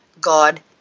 God